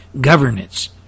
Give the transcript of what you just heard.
governance